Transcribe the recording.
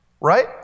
right